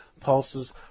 pulses